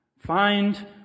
Find